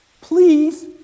please